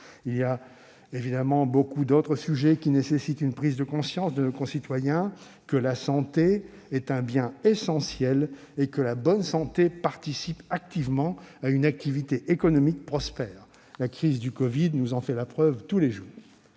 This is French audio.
années ? De nombreux autres sujets nécessitent une prise de conscience de nos concitoyens. La santé est un bien essentiel, et la bonne santé participe activement à une activité économique prospère, la crise du covid nous en apporte la preuve tous les jours.